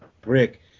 brick